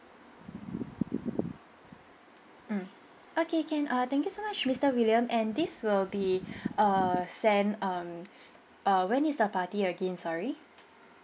mm okay can uh thank you so much mister william and this will be err send um err when is the party again sorry